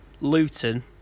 Luton